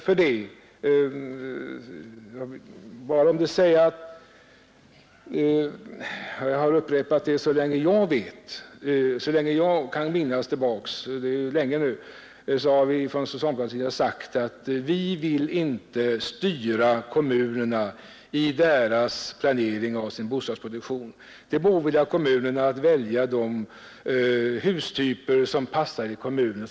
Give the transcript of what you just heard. Vi har inom socialdemokratin sagt — vi har upprepat detta så länge jag kan minnas tillbaka, och det är länge nu — att vi inte vill styra kommunerna i deras planering av sin bostadsproduktion. Det må åvila kommunerna att välja de hustyper som passar i kommunen.